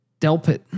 Delpit